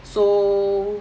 so